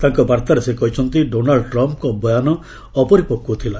ତାଙ୍କବାର୍ତ୍ତାରେ ସେ କହିଛନ୍ତି ଡୋନାଲ୍ଚ ଟ୍ରମ୍ଫ୍ଙ୍କ ବୟାନ ଅପରିପକ୍ୱ ଥିଲା